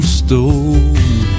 stole